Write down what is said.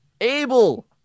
Abel